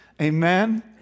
Amen